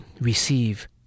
receive